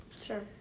Sure